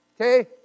okay